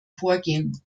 vorgehen